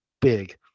big